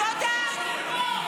תודה.